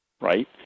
right